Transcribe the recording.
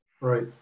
Right